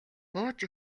бууж